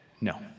No